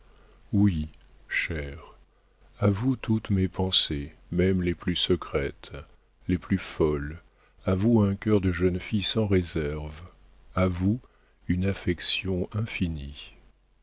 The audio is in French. oui cher à vous toutes mes pensées même les plus secrètes les plus folles à vous un cœur de jeune fille sans réserve à vous une affection infinie